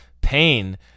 pain